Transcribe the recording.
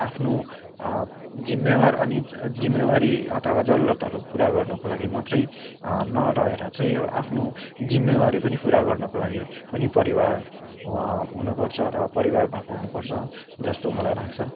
आफ्नो जिम्मेवार अनि जिम्मेवारी अथवा जरुरतहरू पुरा गर्नको लागि मात्रै नरहेर चाहिँ यो आफ्नो जिम्मेवारी पनि पुरा गर्नको लागि पनि परिवार हो हुनुपर्छ अथवा परिवार भएको हुनुपर्छ जस्तो मलाई लाग्छ